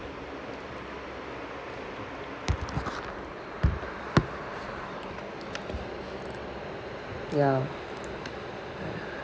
ya